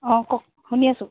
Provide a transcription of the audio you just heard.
অ' কওঁক শুনি আছোঁ